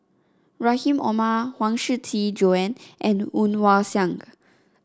Rahim Omar Huang Shiqi Joan and Woon Wah Siang